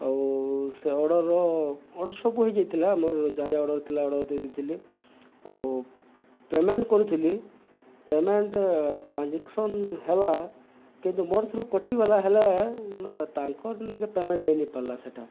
ଆଉ ସେ ଅର୍ଡ଼ର୍ର ଅର୍ଡ଼ର ସବୁ ହେଇଯାଇଥିଲା ମୋର ଯାହା ଯାହା ଅର୍ଡ଼ର ଥିଲା ଅର୍ଡ଼ର ଦେଇଥିଲି ଆଉ ପେମେଣ୍ଟ କରୁଥିଲି ପେମେଣ୍ଟ ଟ୍ରାଞ୍ଜାକ୍ସନ ହେଲା କିନ୍ତୁ ମୋର ଥରେ କଟିଗଲା ହେଲେ ତାଙ୍କର ନେକେ ପେମେଣ୍ଟ ହେଇନିପାରିଲା ସେଇଟା